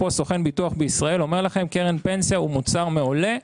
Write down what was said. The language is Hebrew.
פה סוכן ביטוח בישראל אומר לכם קרן פנסיה הוא מוצר מעולה.